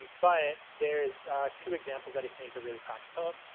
but there's two examples that i think are really practical.